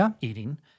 eating